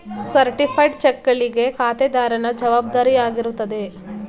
certified ಚೆಕ್ಗಳಿಗೆ ಖಾತೆದಾರನ ಜವಾಬ್ದಾರಿಯಾಗಿರುತ್ತದೆ